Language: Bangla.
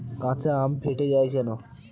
কাঁচা আম ফেটে য়ায় কেন?